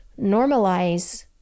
normalize